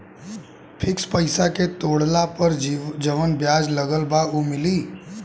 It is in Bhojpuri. फिक्स पैसा के तोड़ला पर जवन ब्याज लगल बा उ मिली?